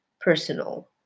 personal